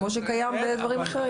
כמו שקיים בדברים אחרים.